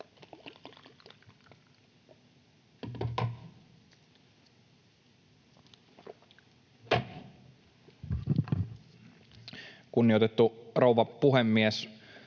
Kunnioitettu rouva puhemies!